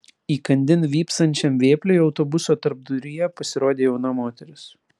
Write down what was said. įkandin vypsančiam vėpliui autobuso tarpduryje pasirodė jauna moteris